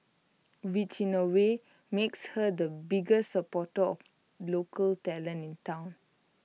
which in A way makes her the biggest supporter of local talent in Town